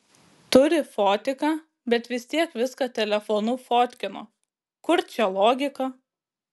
turi fotiką bet vis tiek viską telefonu fotkino kur čia logika